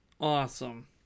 Awesome